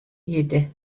yedi